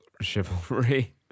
chivalry